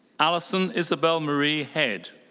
alison isabel marie head.